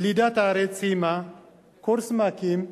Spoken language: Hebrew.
ילידת הארץ, סיימה קורס מ"כים.